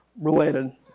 related